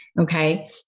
Okay